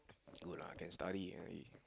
good lah can study ah he